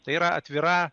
tai yra atvira